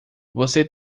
você